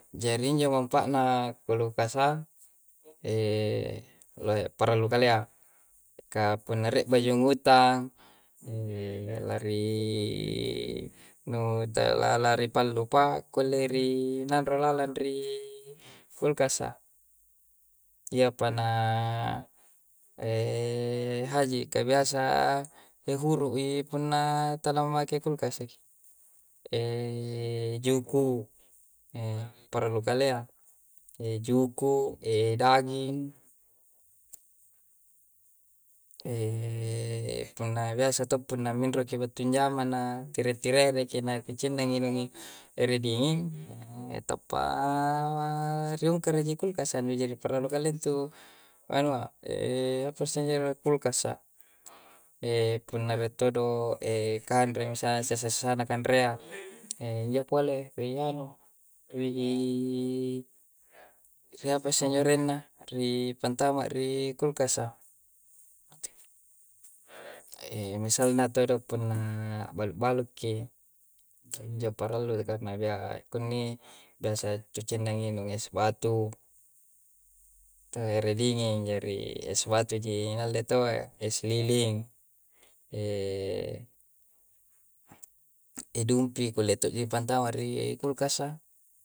Jari injo manpa'anna kulkasa, nuparallu kalea'. Ka punna rie' bajungutang nu ri na tala ripallu pa, kulle rinarro lalarang ri kulkasa. Iyapa na haji' ka biasa huru' i punna tala mmake kulkasa ki. juku', parallu kalea, juku, e daging, punna biasa to' punna minroki battu njama na tire'-tirereki na ki cinna nginung ere dinging, tappa nihungkara ji kulkasa. Jari parallu kalea intu anua apasse arenna? Kulkasa. punna rie' todo' kanre misalna sesa-sesana kanrea, injo pole ri anu ri ri apasse injo arenna? Ri pantama' ri kulkasa. E misalna todo' punna a'balu-balukki. Injo parallu karna biaa, kunni biasa tucinna nginung es batu, ere dinging jari es batu ji na alle toa, es liling, dumpi kulle to'ji ripantama ri kulkasa.